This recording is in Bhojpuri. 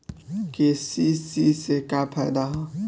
के.सी.सी से का फायदा ह?